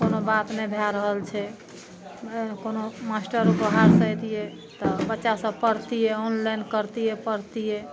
कोनो बात नहि भए रहल छै नहि कोनो मास्टर ओ बाहर से अयबतियै बच्चा सब पढ़तियै ऑनलाइन करतियै पढ़तियै